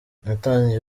natangiye